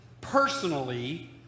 personally